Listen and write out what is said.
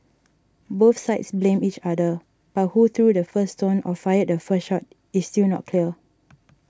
both sides blamed each other but who threw the first stone or fired the first shot is still not clear